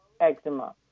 eczema